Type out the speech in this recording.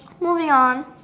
moving on